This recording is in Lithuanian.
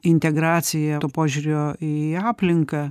integracija to požiūrio į aplinką